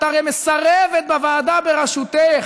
את הרי מסרבת בוועדה בראשותך,